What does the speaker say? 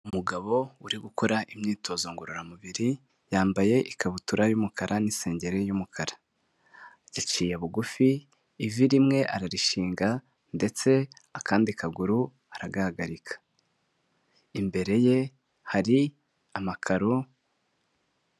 Umugabo uri gukora imyitozo ngororamubiri. Yambaye ikabutura y'umukara n'isengeri y'umukara, yaciye bugufi ivi rimwe ararishinga ndetse akandi kaguru aragahagarika. Imbere ye hari amakaro.